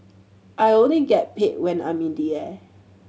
I only get paid when I'm in the air